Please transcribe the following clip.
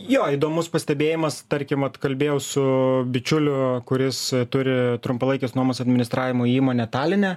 jo įdomus pastebėjimas tarkim vat kalbėjau su bičiuliu kuris turi trumpalaikės nuomos administravimo įmonę taline